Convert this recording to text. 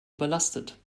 überlastet